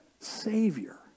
Savior